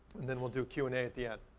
and then we'll do q and a at the end.